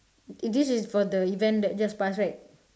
thi~ this is for the event that just passed right